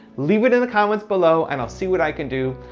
leave it in the comments below and i'll see what i can do.